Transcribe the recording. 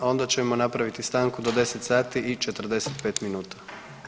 Onda ćemo nastaviti stanku do 10 sati i 45 minuta.